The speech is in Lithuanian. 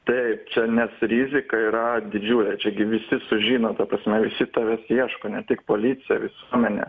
taip čia nes rizika yra didžiulė čia gi visi sužino ta prasme visi tavęs ieško ne tik policija visuomenė